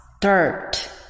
dirt